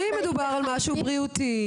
אם מדבור על משהו בריאותי,